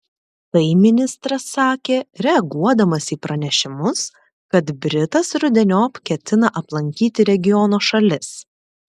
tai ministras sakė reaguodamas į pranešimus kad britas rudeniop ketina aplankyti regiono šalis